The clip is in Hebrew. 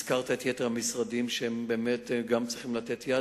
הזכרת את יתר המשרדים, שגם הם באמת צריכים לתת יד.